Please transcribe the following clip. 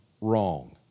wrong